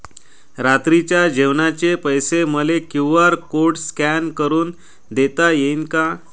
रात्रीच्या जेवणाचे पैसे मले क्यू.आर कोड स्कॅन करून देता येईन का?